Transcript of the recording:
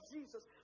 Jesus